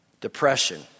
Depression